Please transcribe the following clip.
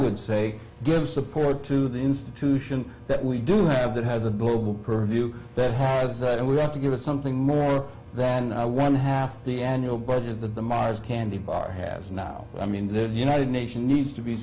would say give support to the institution that we do have that has a global purview that has and we have to give it something more than i won half the annual budget that the mars candy bar has now i mean the united nation needs to be